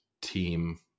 team